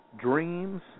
Dreams